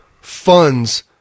funds